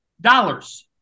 dollars